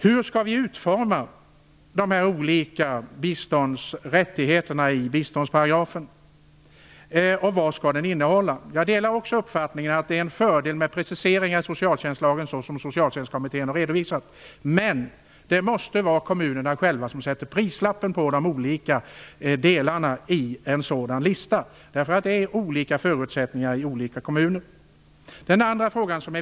Hur skall vi utforma de olika rättigheterna i biståndsparagrafen, och vad skall denna innehålla? Jag delar också uppfattningen att det är en fördel med en precisering i socialtjänstlagen såsom Socialtjänstkommittén har redovisat, men det måste vara kommunerna själva som sätter prislappen på de olika delarna i en sådan lista, eftersom förutsättningarna är olika i olika kommuner.